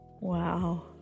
Wow